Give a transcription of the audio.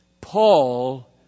Paul